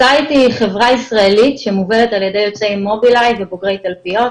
סייט היא חברה ישראלית שמובלת על ידי יוצאי מוביליי ובוגרי תלפיות,